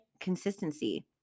consistency